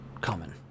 common